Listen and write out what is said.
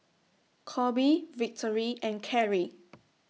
Coby Victory and Carie